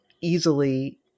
easily